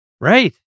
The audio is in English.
Right